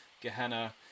Gehenna